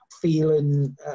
feeling